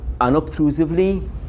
unobtrusively